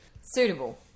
suitable